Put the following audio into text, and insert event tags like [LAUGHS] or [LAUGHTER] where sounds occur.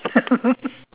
[LAUGHS]